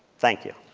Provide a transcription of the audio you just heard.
thank you.